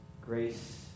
Grace